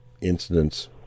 incidents